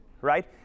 right